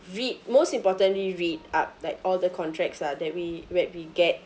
read most importantly read up like all the contracts lah that we wh~ we get